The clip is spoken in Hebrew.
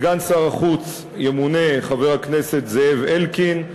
לסגן שר החוץ ימונה חבר הכנסת זאב אלקין,